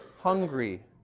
hungry